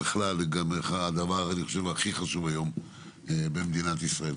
לדעתי הדבר הכי חשוב היום במדינת ישראל.